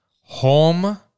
home